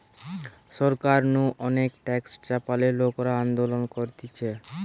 সরকার নু অনেক ট্যাক্স চাপালে লোকরা আন্দোলন করতিছে